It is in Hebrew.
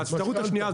האפשרות השנייה,